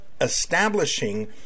establishing